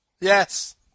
Yes